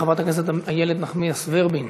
חברת הכנסת איילת נחמיאס ורבין.